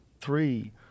Three